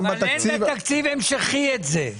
אין בתקציב המשכי את זה,